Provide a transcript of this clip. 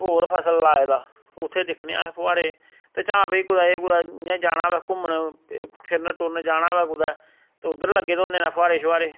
होर फसल लाए दा उत्थे दिक्खने आं अस फुहारे ते चां भाई कुतै भाई कुतै इयां जाना होवे घुम्मने गी फिरन टुरन जाना होवे कुते ते उद्धर लग्गे दे हुंदे नै फुहारे शोहारे